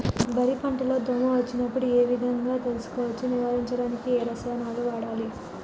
వరి పంట లో దోమ వచ్చినప్పుడు ఏ విధంగా తెలుసుకోవచ్చు? నివారించడానికి ఏ రసాయనాలు వాడాలి?